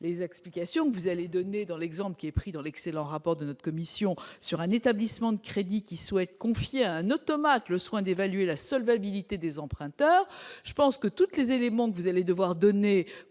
les explications que vous allez donner dans l'exemple qui est pris dans l'excellent rapport de notre commission sur un établissement de crédit qui souhaite confier à un automate, le soin d'évaluer la solvabilité des emprunteurs, je pense que toutes les éléments que vous allez devoir donner